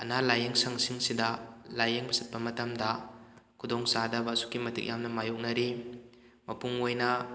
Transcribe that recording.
ꯑꯅꯥ ꯂꯥꯏꯌꯦꯡꯁꯪꯁꯤꯡꯁꯤꯗ ꯂꯥꯏꯌꯦꯡꯕ ꯆꯠꯄ ꯃꯇꯝꯗ ꯈꯨꯗꯣꯡ ꯆꯥꯗꯕ ꯑꯁꯨꯛꯀꯤ ꯃꯇꯤꯛ ꯌꯥꯝꯅ ꯃꯥꯏꯌꯣꯛꯅꯔꯤ ꯃꯄꯨꯡ ꯑꯣꯏꯅ